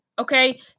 Okay